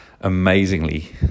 amazingly